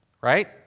Right